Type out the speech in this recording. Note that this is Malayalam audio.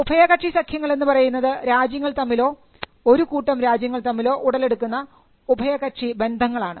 ഉഭയകക്ഷി സഖ്യങ്ങൾ എന്നുപറയുന്നത് രാജ്യങ്ങൾ തമ്മിലോ ഒരുകൂട്ടം രാജ്യങ്ങൾ തമ്മിലോ ഉടലെടുക്കുന്ന ഉഭയകക്ഷി ബന്ധങ്ങളാണ്